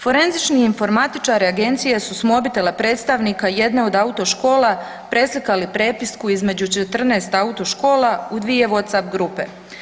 Forenzični informatičari agencije su s mobitela predstavnika jedne od autoškola preslikali prepisku između 14 autoškola u 2 WhatsApp grupe.